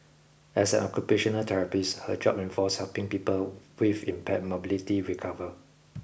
as an occupational therapist her job involves helping people with impaired mobility recover